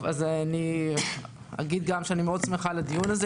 גם אגיד שאני שמחה מאוד על הדיון הזה,